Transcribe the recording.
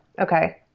Okay